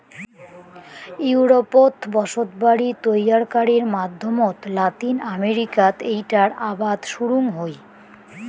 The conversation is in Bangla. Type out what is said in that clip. ইউরোপত বসতবাড়ি তৈয়ারকারির মাধ্যমত লাতিন আমেরিকাত এ্যাইটার আবাদ শুরুং হই